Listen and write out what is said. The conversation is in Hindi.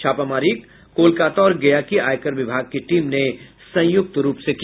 छापामारी कोलकाता और गया की आयकर विभाग की टीम ने संयुक्त रूप से किया